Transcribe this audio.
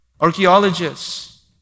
archaeologists